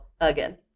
again